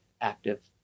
active